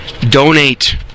donate